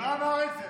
הוא לא אמר את זה.